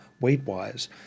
weight-wise